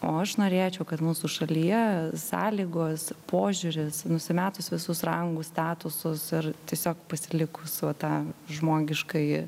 o aš norėčiau kad mūsų šalyje sąlygos požiūris nusimetus visus rangus statusus ir tiesiog pasilikus va tą žmogiškąjį